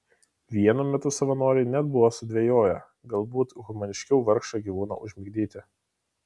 vienu metu savanoriai net buvo sudvejoję galbūt humaniškiau vargšą gyvūną užmigdyti